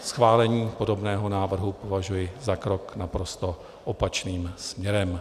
Schválení podobného návrhu považuji za krok naprosto opačným směrem.